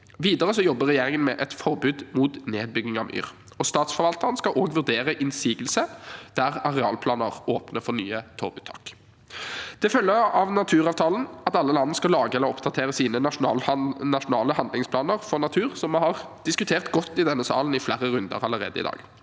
Videre jobber regjeringen med et forbud mot nedbygging av myr. Statsforvalteren skal også vurdere innsigelse der arealplaner åpner for nye torvuttak. Det følger av naturavtalen at alle land skal lage eller oppdatere sine nasjonale handlingsplaner for natur, som vi har diskutert godt i flere runder i denne salen allerede.